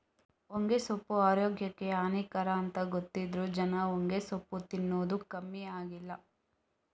ಹೊಗೆಸೊಪ್ಪು ಆರೋಗ್ಯಕ್ಕೆ ಹಾನಿಕರ ಅಂತ ಗೊತ್ತಿದ್ರೂ ಜನ ಹೊಗೆಸೊಪ್ಪು ತಿನ್ನದು ಕಮ್ಮಿ ಆಗ್ಲಿಲ್ಲ